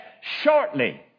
shortly